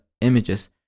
images